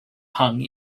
hung